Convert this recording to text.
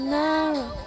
narrow